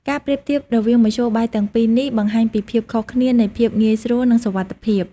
ការប្រៀបធៀបរវាងមធ្យោបាយទាំងពីរនេះបង្ហាញពីភាពខុសគ្នានៃភាពងាយស្រួលនិងសុវត្ថិភាព។